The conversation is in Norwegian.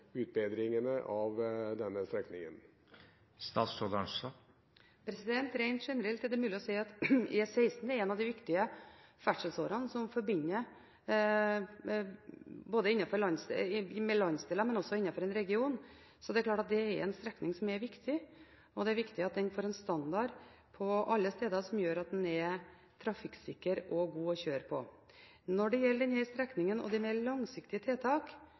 utbedringene av denne strekningen? Rent generelt er det mulig å si at E16 er en av de viktigste ferdselsårene som forbindelse mellom landsdeler og også innenfor en region. Så det er klart at det er en strekning som er viktig, og det er viktig at den alle steder får en standard som gjør at den er trafikksikker og god å kjøre på. Når det gjelder denne strekningen og de mer langsiktige